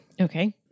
Okay